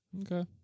Okay